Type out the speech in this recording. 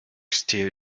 still